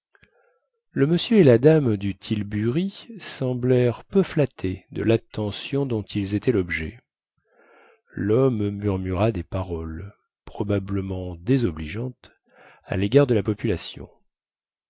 le monsieur et la dame du tilbury semblèrent peu flattés de lattention dont ils étaient lobjet lhomme murmura des paroles probablement désobligeantes à légard de la population